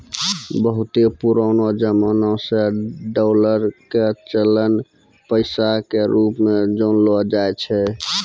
बहुते पुरानो जमाना से डालर के चलन पैसा के रुप मे जानलो जाय छै